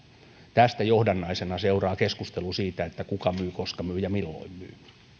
tästä johdannaisena seuraa keskustelu siitä kuka myy koska myy ja milloin myy